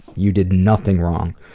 you did nothing wrong.